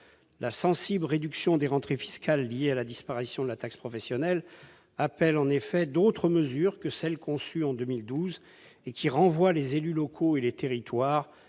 La sensible réduction des rentrées fiscales liée à la disparition de la taxe professionnelle appelle en effet d'autres mesures que celle conçue en 2012, qui renvoie les élus locaux et les territoires